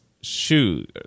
shoes